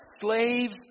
slaves